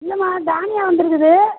இல்லம்மா தான்யா வந்திருக்குது